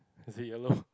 is it yellow